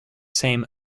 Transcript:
same